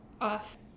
off